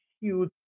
huge